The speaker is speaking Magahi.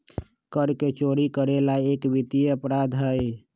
कर के चोरी करे ला एक वित्तीय अपराध हई